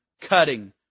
Cutting